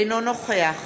אינו נוכח